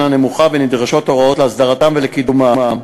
נמוכה ונדרשות הוראות להסדרתה ולקידומה.